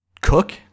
Cook